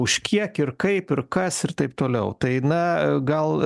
už kiek ir kaip ir kas ir taip toliau tai na gal